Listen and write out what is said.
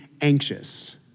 anxious